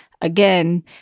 Again